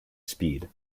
speed